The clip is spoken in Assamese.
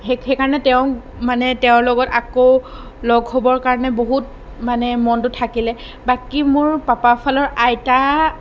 সেই সেইকাৰণে তেওঁক মানে তেওঁৰ লগত আকৌ লগ হ'বৰ কাৰণে বহুত মনটো থাকিলে বাকী মোৰ পাপাৰ ফালৰ আইতা